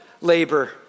labor